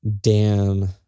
Dan